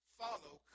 follow